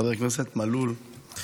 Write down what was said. חבר הכנסת מלול,